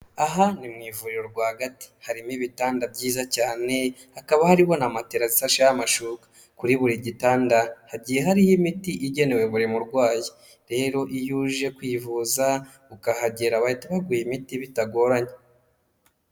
Aha ni mu ivuriro rwagati. Harimo ibitanda byiza cyane, hakaba harimo na matera zisasheho amashuka. Kuri buri gitanda hagiye hariho imiti igenewe buri murwayi. Rero iyo uje kwivuza ukahagera bahita baguha imiti bitagoranye.